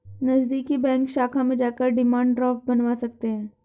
नज़दीकी बैंक शाखा में जाकर डिमांड ड्राफ्ट बनवा सकते है